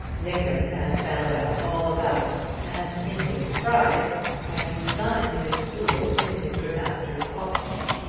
nickem had found out all about it, and in his pride had resigned his stool in mr. masters' office.